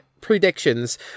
predictions